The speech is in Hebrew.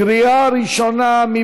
בקריאה ראשונה.